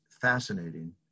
fascinating